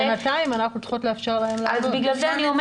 אז בינתיים אנחנו צריכים לאפשר להם לעבוד עד שהם יביאו תוכניות חדשות.